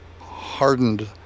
hardened